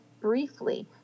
briefly